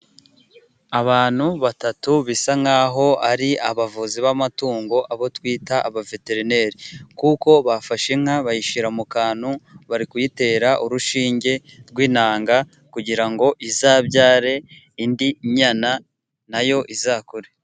Abantu batatu bisa nk'aho ari abavuzi b'amatungo abo twita abaveterineri ,kuko bafashe inka bayishyira mu kantu bari kuyitera urushinge rw'intanga, kugira ngo izabyare indi nyana na yo izakure.